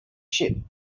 ship